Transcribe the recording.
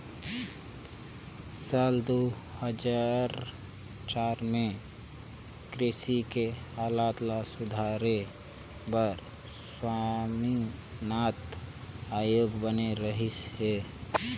साल दू हजार चार में कृषि के हालत ल सुधारे बर स्वामीनाथन आयोग बने रहिस हे